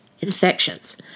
infections